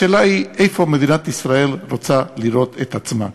השאלה היא איפה מדינת ישראל רוצה לראות את עצמה,